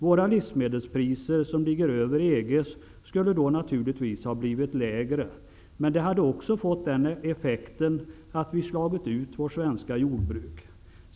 Våra livsmedelspriser -- som ligger över EG:s -- skulle då naturligtvis ha blivit lägre. Men det hade också fått den effekten att vi hade slagit ut vårt svenska jordbruk.